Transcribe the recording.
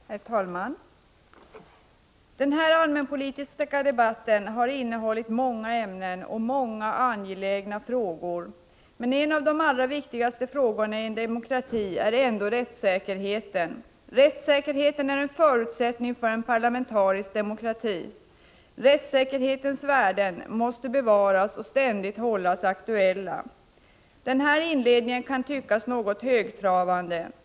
Herr talman! Den här allmänpolitiska debatten har innehållit många ämnen och många angelägna frågor. Men en av de allra viktigaste frågorna i en demokrati är ändå rättssäkerheten. Den är en förutsättning för en parlamentarisk demokrati. Rättssäkerhetens värden måste bevaras och ständigt hållas aktuella. Den här inledningen kan tyckas något högtravande.